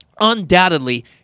undoubtedly